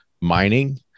mining